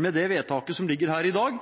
med det vedtaket som ligger her i dag.